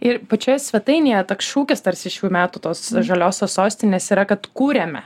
ir pačioje svetainėje toks šūkis tarsi šių metų tos žaliosios sostinės yra kad kuriame